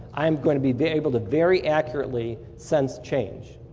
i'm going to be be able to very accurately send change.